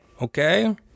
okay